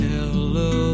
Hello